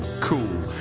Cool